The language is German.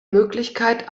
möglichkeit